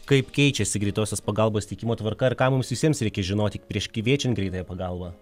kaip keičiasi greitosios pagalbos teikimo tvarka ir ką mums visiems reikia žinoti prieš kviečiant greitąją pagalbą